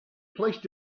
placed